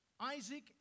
Isaac